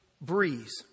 breeze